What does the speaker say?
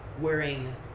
wearing